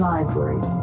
Library